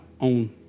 on